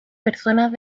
personas